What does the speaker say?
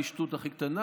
שטות הכי קטנה,